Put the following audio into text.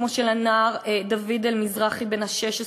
כמו של הנער דוד-אל מזרחי בן ה-16,